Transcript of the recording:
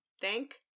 Thank